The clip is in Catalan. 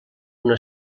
una